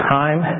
time